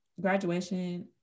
graduation